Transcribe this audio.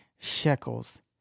shekels